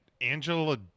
Angela